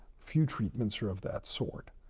few treatments are of that sort.